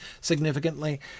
significantly